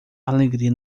alegria